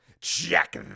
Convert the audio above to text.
check